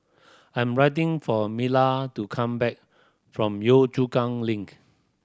I'm writing for Mila to come back from Yio Chu Kang Link